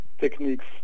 techniques